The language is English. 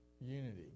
unity